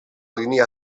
línia